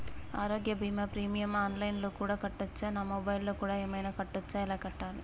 ఆరోగ్య బీమా premium online లో కూడా కట్టచ్చా? నా మొబైల్లో కూడా ఏమైనా కట్టొచ్చా? ఎలా కట్టాలి?